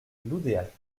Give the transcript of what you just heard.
loudéac